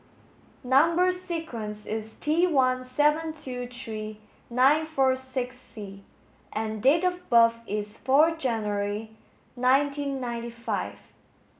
number sequence is Tone seven two three nine four six C and date of birth is four January nineteen ninety five